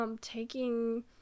Taking